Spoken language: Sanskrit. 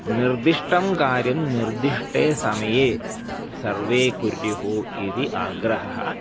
निर्दिष्टं कार्यं निर्दिष्टे समये सर्वे कुर्युः इति आग्रहः